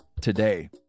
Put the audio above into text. today